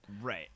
Right